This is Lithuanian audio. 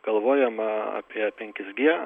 galvojama apie penkis gie